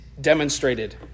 demonstrated